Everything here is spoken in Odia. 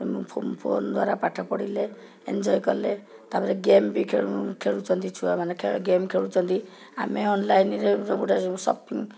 ଫୋନ୍ ଦ୍ୱାରା ପାଠ ପଢ଼ିଲେ ଏନ୍ଜୟ କଲେ ତା'ପରେ ଗେମ୍ ବି ଖେଳୁଛନ୍ତି ଛୁଆମାନେ ଖେ ଗେମ୍ ଖେଳୁଛନ୍ତି ଆମେ ଅନ୍ଲାଇନ୍ରେ ସବୁଗୁଡ଼ାଯାକ ସପିଙ୍ଗ